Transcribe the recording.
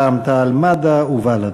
רע"ם-תע"ל-מד"ע ובל"ד.